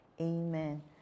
Amen